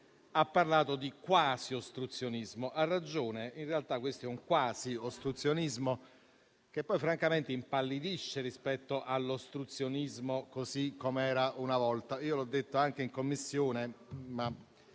ha parlato di quasi ostruzionismo. Ha ragione, in realtà questo è un quasi ostruzionismo, che poi francamente impallidisce rispetto all'ostruzionismo così com'era una volta. L'ho detto anche in Commissione; basta